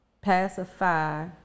pacify